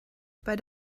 bei